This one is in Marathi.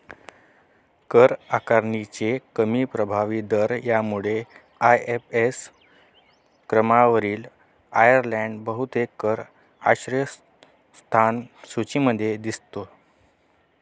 कर आकारणीचे कमी प्रभावी दर यामुळे एफ.एस.आय क्रमवारीत आयर्लंड बहुतेक कर आश्रयस्थान सूचीमध्ये दिसतो